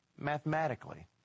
mathematically